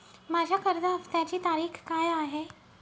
माझ्या कर्ज हफ्त्याची तारीख काय आहे?